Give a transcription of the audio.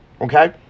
Okay